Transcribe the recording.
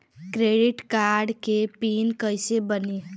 Credit card के pin कैसे बनी?